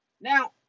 Now